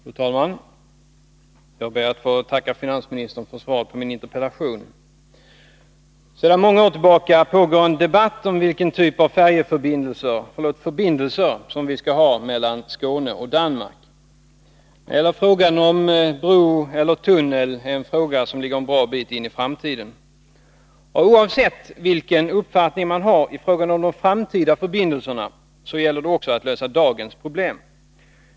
Fru talman! Jag ber att få tacka finsministern för svaret på min interpellation. Sedan många år tillbaka pågår en debatt om vilken typ av förbindelser som vi skall ha mellan Skåne och Danmark. Men hela frågan om bro eller tunnel är en fråga som ligger en bra bit in i framtiden. Och oavsett vilken uppfattning man har i frågan om de framtida förbindelserna så gäller det också att lösa dagens problem.